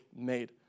made